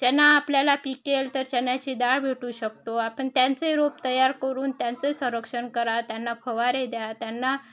चणा आपल्याला पिकेल तर चण्याची डाळ भेटू शकतो आपण त्यांचे रोप तयार करून त्यांचं संरक्षण करा त्यांना फवारे द्या त्यांना